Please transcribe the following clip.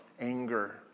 anger